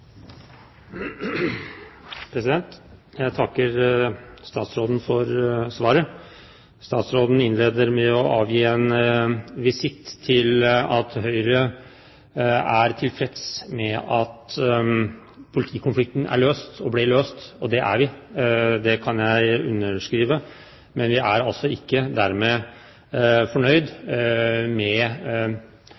Jeg takker statsråden for svaret. Statsråden innleder med å avlegge Høyre en visitt med hensyn til at vi er tilfreds med at politikonflikten ble løst, og det er vi, det kan jeg underskrive på. Men vi er altså ikke dermed fornøyd